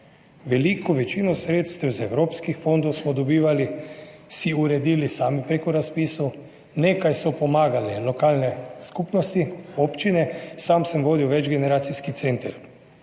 Veliko večino sredstev iz evropskih fondov smo dobivali, si uredili sami, preko razpisov, nekaj so pomagale lokalne skupnosti, občine, sam sem vodil večgeneracijski center.